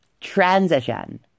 Transition